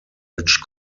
which